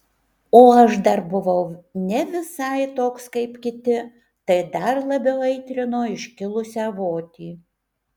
o aš dar buvau ne visai toks kaip kiti tai dar labiau aitrino iškilusią votį